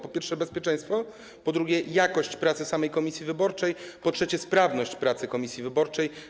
Po pierwsze, bezpieczeństwo, po drugie, jakość pracy samej komisji wyborczej, po trzecie, sprawność pracy komisji wyborczej.